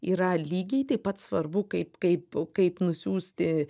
yra lygiai taip pat svarbu kaip kaip kaip nusiųsti